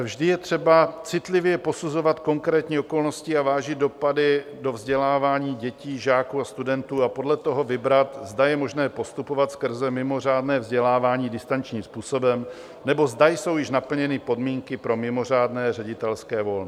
Vždy je třeba citlivě posuzovat konkrétní okolnosti a vážit dopady do vzdělávání dětí, žáků a studentů a podle toho vybrat, zda je možné postupovat skrze mimořádné vzdělávání distančním způsobem, nebo zda jsou již naplněny podmínky pro mimořádné ředitelské volno.